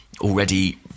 already